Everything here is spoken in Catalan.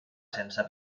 sense